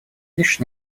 лишь